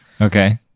okay